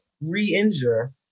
re-injure